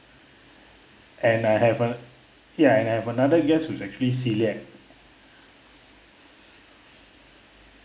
and I have a ya and I have another guest which actually celiac